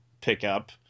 pickup